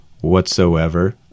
whatsoever